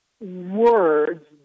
words